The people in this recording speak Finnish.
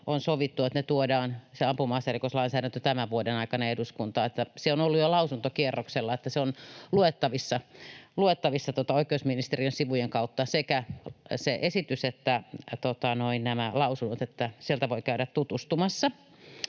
on sovittu, että ne tuodaan, se ampuma-aserikoslainsäädäntö, tämän vuoden aikana eduskuntaan. Se on ollut jo lausuntokierroksella. Se on luettavissa oikeusministeriön sivujen kautta, sekä se esitys että nämä lausunnot. Siellä voi käydä tutustumassa.